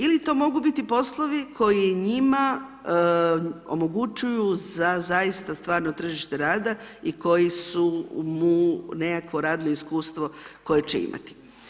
Ili to mogu biti poslovi koji njima omogućuju za zaista tržište rada i koji su mu nekakvo radno iskustvo koje će imati.